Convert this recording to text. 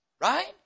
Right